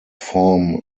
form